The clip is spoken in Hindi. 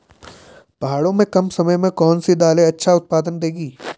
पहाड़ों में कम समय में कौन सी दालें अच्छा उत्पादन देंगी?